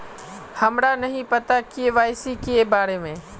हमरा नहीं पता के.वाई.सी के बारे में?